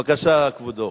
בבקשה, כבודו.